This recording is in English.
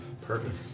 Perfect